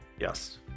yes